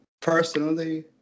Personally